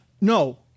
No